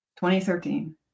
2013